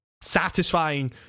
satisfying